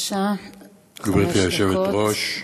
גברתי היושבת-ראש,